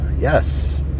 Yes